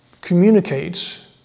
communicates